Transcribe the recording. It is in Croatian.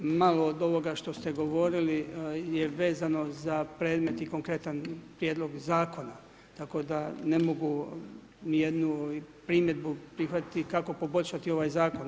Malo od ovoga što ste govorili je vezano za predmet i konkretan prijedlog zakona, tako da ne mogu jednu primjedbu prihvatiti kako poboljšati ovaj zakon.